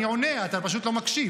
אני עונה, אתה פשוט לא מקשיב.